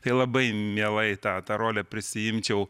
tai labai mielai tą tą rolę prisiimčiau